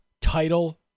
title